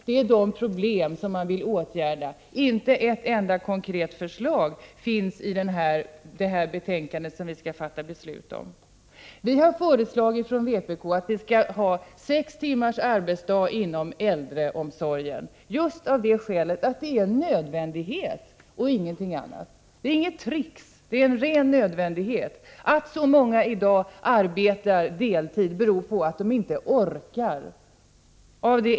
Dessa problem vill man åtgärda. Men inte ett enda konkret förslag finns i detta betänkande, som vi nu skall fatta beslut om. Vi från vpk har föreslagit sex timmars arbetsdag inom äldreomsorgen just av det skälet att det är en nödvändighet och ingenting annat. Det är inget tricks utan en ren nödvändighet. Att så många i dag arbetar deltid beror på att man inte orkar.